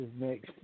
next